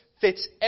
fits